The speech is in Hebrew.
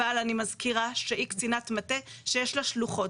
אבל אני מזכירה שהיא קצינת מטה שיש לה שלוחות,